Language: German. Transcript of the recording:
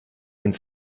ins